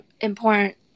important